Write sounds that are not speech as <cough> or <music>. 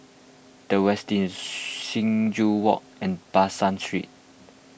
the Westin <noise> Sing Joo Walk and Ban San Street